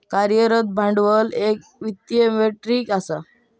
कार्यरत भांडवल एक वित्तीय मेट्रीक हा